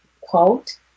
quote